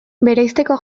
bereizteko